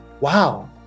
wow